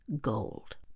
gold